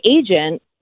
agent